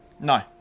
No